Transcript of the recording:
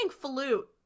flute